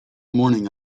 morning